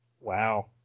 Wow